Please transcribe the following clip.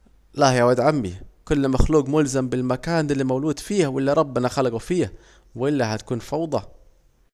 لاه يا واد عمي، كل مخلوج ملزم بالمكان الي مولود فيه والي ربنا خلجه فيه، وإلا هتكون فوضى